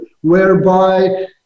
whereby